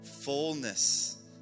fullness